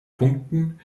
punkten